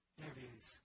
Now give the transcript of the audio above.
interviews